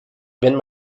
wenn